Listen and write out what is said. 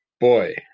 Boy